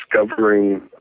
discovering